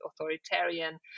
authoritarian